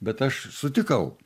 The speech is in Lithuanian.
bet aš sutikau